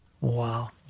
Wow